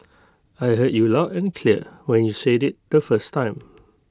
I heard you loud and clear when you said IT the first time